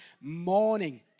morning